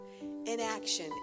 Inaction